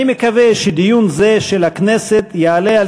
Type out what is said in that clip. אני מקווה שדיון זה של הכנסת יעלה על